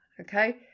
okay